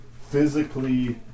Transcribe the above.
Physically